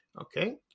Okay